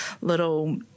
little